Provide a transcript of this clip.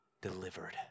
delivered